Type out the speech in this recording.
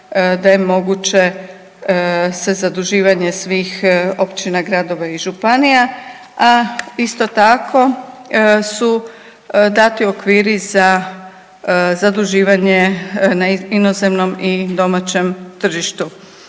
da je moguće se zaduživanje svih općina, gradova i županija, a isto tako su dati okviri za zaduživanje na inozemnom i domaćem tržištu.